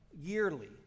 yearly